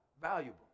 valuable